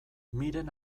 miren